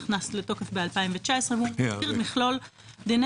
נכנס לתוקף ב-2019 ומסדיר מכלול דיני